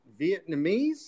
Vietnamese